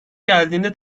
geldiğinde